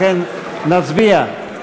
לכן נצביע.